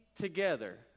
together